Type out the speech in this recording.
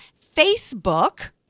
Facebook